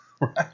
right